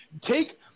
take